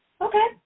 Okay